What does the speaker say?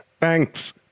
Thanks